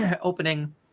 opening